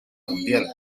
mundial